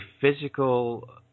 physical